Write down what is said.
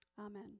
Amen